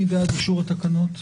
מי בעד אישור התקנות?